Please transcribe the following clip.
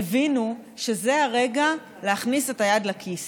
הבינו שזה הרגע להכניס את היד לכיס.